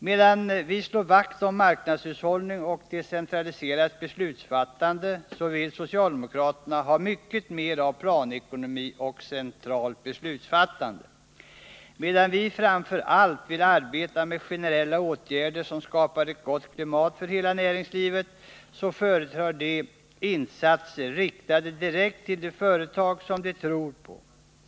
Medan vi slår vakt om marknadshushållning och decentraliserat beslutsfattande, vill socialdemokraterna ha mycket mer av planekonomi och centralt beslutsfattande. Medan vi framför allt vill arbeta med generella åtgärder, som skapar ett gott klimat för hela näringslivet, föredrar socialdemokraterna insatser som riktas direkt till de företag som de tror på.